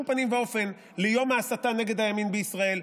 פנים ואופן ליום ההסתה נגד הימין בישראל.